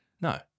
No